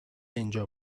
اینجا